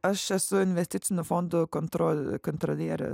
aš esu investicinio fondo kontrol kontrolierė